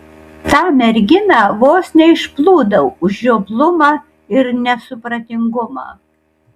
tą merginą vos neišplūdau už žioplumą ir nesupratingumą